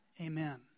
Amen